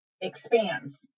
expands